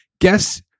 guess